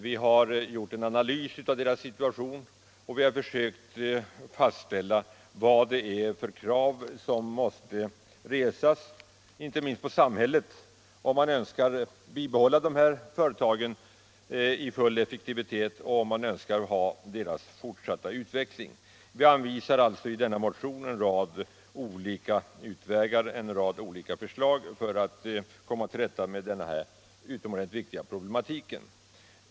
Vi har gjort en analys av deras situation och försökt fastställa vilka krav som måste resas, inte minst på samhället, om man önskar bibehålla dessa företag i full effektivitet och om man önskar en fortsatt utveckling av dem. I motionen anvisar vi en rad olika utvägar och förslag för att komma till rätta med denna utomordentligt svåra problematik.